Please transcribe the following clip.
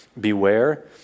beware